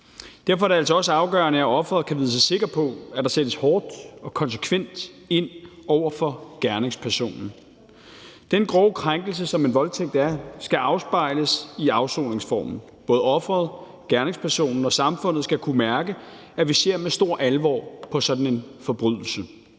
Derfor er det altså også afgørende, at offeret kan vide sig sikker på, at der sættes hårdt og konsekvent ind over for gerningspersonen. Den grove krænkelse, som en voldtægt er, skal afspejles i afsoningsformen. Både offeret, gerningspersonen og samfundet skal kunne mærke, at vi ser med stor alvor på sådan en forbrydelse.